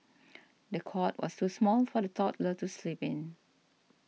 the cot was too small for the toddler to sleep in